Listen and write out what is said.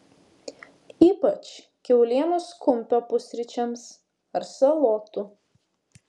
ypač kiaulienos kumpio pusryčiams ar salotų